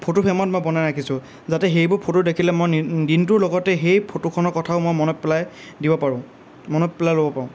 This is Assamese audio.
ফটোফ্ৰেমত মই বনাই ৰাখিছোঁ যাতে সেইবোৰ ফটো দেখিলে মই দিনটোৰ লগতেই মই সেই ফটোখনৰ কথাও মই মনত পেলাই দিব পাৰোঁ মনত পেলাই ল'ব পাৰোঁ